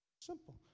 Simple